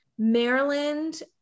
Maryland